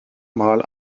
mal